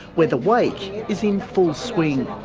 where the wake is in full swing.